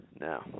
Now